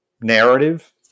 narrative